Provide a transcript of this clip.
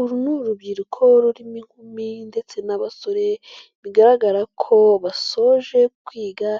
Uru ni urubyiruko rurimo inkumi ndetse n'abasore, bigaragara ko basoje kwiga